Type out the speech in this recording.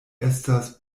estas